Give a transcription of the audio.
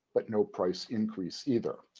but no price increase either,